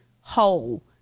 whole